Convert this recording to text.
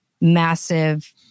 massive